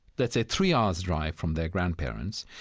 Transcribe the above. let's say, three hours' drive from their grandparents,